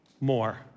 more